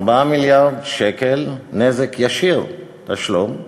4 מיליארד שקל נזק ישיר, תשלום,